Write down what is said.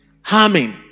Harming